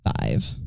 five